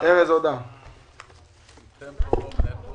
אני מנהל תחום